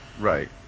Right